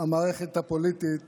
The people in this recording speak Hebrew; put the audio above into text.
המערכת הפוליטית